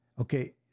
Okay